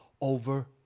over